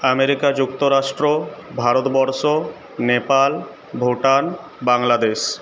America যুক্তরাষ্ট্র ভারতবর্ষ নেপাল ভুটান বাংলাদেশ